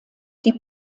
die